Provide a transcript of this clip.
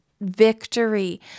victory